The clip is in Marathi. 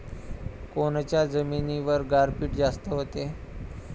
कोनच्या जमिनीवर गारपीट जास्त व्हते?